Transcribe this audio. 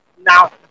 now